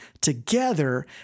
together